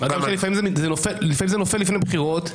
לפעמים זה נופל לפני בחירות.